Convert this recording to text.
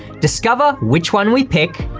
discover which one we pick.